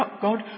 God